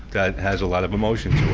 that has a lot of emotion